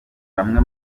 bamwe